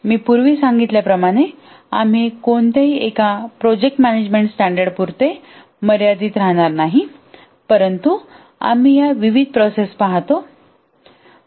मी पूर्वी सांगितल्याप्रमाणे आम्ही कोणत्याही एका प्रोजेक्ट मॅनेजमेंट स्टॅंडर्डपुरते मर्यादित राहणार नाही परंतु आम्ही या विविध प्रोसेस पाहतो